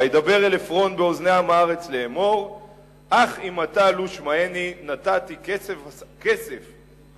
וידבר אל עפרון באזני עם הארץ לאמר אך אם אתה לו שמעני נתתי כסף השדה